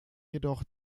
jedoch